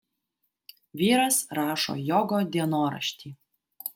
vyras rašo jogo dienoraštį